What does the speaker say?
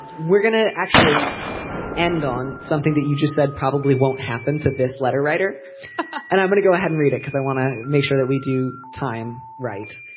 we're going to actually end on something that you just said probably won't happen to this letter writer and i'm going to go ahead and read it cause i want to make sure that we do time right.